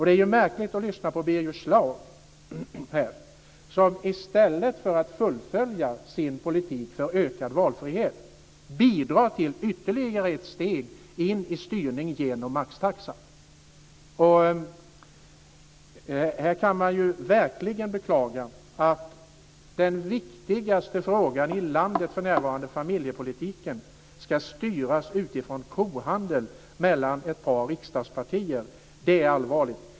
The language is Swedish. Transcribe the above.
Det är märkligt att lyssna på Birger Schlaug som i stället för att fullfölja sin politik för ökad valfrihet bidrar till ytterligare ett steg mot styrning genom maxtaxan. Man kan verkligen beklaga att den viktigaste frågan i landet för närvarande, nämligen familjepolitiken, ska styras utifrån kohandel mellan ett par riksdagspartier. Det är allvarligt.